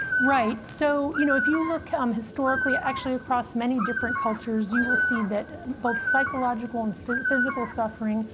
right. so you know if you look um historically, actually, across many different cultures, you will see that both psychological and physical suffering,